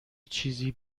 چیزی